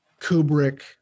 Kubrick